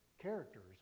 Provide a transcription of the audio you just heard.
characters